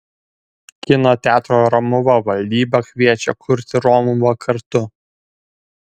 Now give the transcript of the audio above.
kino teatro romuva valdyba kviečia kurti romuvą kartu